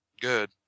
good